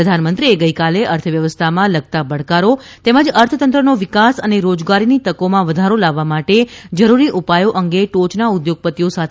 પ્રધાનમંત્રીએ ગઇકાલે અર્થવ્યવસ્થામાં લગતા પડકારો તેમજ અર્થતંત્રનો વિકાસ અને રોજગારીની તકીમાં વધારો લાવવા માટે જરૂરી ઉપાયો અંગે ટોચના ઉદ્યોગપતિઓ સાથે ચર્ચા કરી હતી